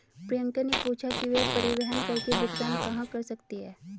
प्रियंका ने पूछा कि वह परिवहन कर की भुगतान कहाँ कर सकती है?